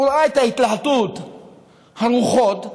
ראה את התלהטות הרוחות,